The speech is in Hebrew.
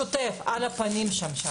השוטף הוא "על הפנים" שם.